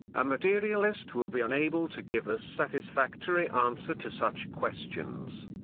a materialist will be unable to give a satisfactory answer to such questions.